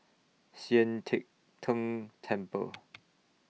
Sian Teck Tng Temple